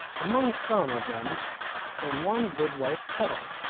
among some of them came one goodwife kettle.